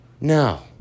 No